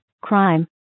Crime